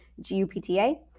G-U-P-T-A